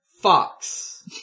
fox